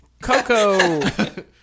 Coco